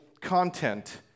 content